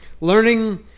learning